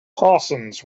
parsons